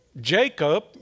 Jacob